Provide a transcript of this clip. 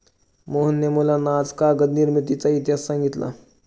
मोहनने मुलांना आज कागद निर्मितीचा इतिहास सांगितला